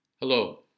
Hello